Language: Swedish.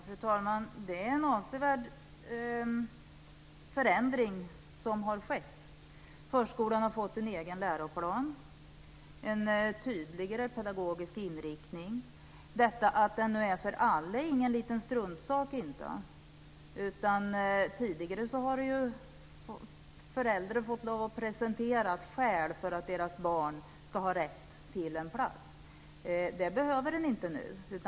Fru talman! Det är en avsevärd förändring som har skett. Förskolan har fått en egen läroplan och en tydligare pedagogisk inriktning. Att den nu är för alla är ingen liten struntsak, inte. Tidigare har ju föräldrar fått presentera skäl för att deras barn skulle ha rätt till en plats. Det behövs inte nu.